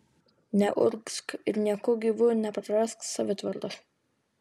neurgzk ir nieku gyvu neprarask savitvardos